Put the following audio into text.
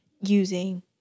using